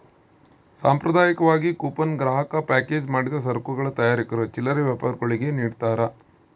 ಸಾಂಪ್ರದಾಯಿಕವಾಗಿ ಕೂಪನ್ ಗ್ರಾಹಕ ಪ್ಯಾಕೇಜ್ ಮಾಡಿದ ಸರಕುಗಳ ತಯಾರಕರು ಚಿಲ್ಲರೆ ವ್ಯಾಪಾರಿಗುಳ್ಗೆ ನಿಡ್ತಾರ